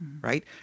Right